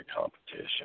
competition